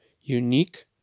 unique